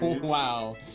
Wow